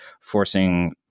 forcing